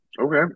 okay